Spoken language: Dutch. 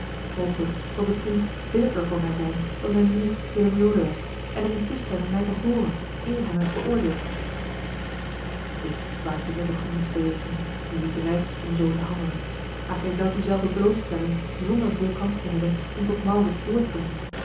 mogelijk zal de prins billijker voor mij zijn dan zijn neef willem lodewijk en er in toestemmen mij te hooren eer hij mij veroordeelt ik waardeer de gemoedsbeweging die u drijft om zoo te handelen maar gij zoudt u zelven blootstellen zonder veel kans te hebben om tot maurits door te dringen